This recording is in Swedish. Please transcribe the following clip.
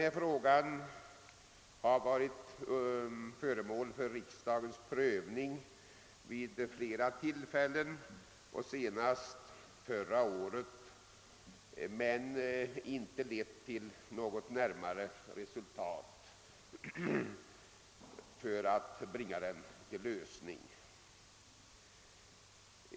Problemet har varit föremål för riksdagens prövning vid flera tillfällen — senast förra året — men det har inte bringats till någon lösning.